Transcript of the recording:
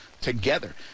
together